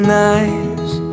nice